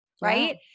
Right